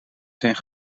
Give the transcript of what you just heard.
zijn